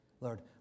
Lord